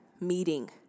meeting